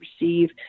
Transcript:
receive